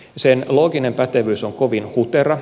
sen looginen pätevyys on kovin hutera